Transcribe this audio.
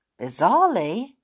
Bizarrely